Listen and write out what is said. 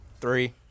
three